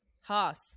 Haas